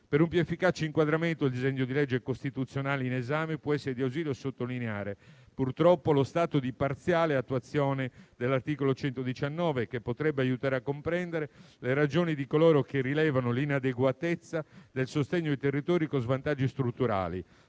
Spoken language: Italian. Per un più efficace inquadramento del disegno di legge costituzionale in esame può essere di ausilio sottolineare, purtroppo, lo stato di parziale attuazione dell'articolo 119, che potrebbe aiutare a comprendere le ragioni di coloro che rilevano l'inadeguatezza del sostegno ai territori con vantaggi strutturali,